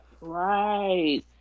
Right